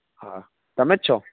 હા તમે જ છો